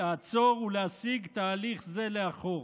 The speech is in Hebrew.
לעצור ולהסיג תהליך זה לאחור.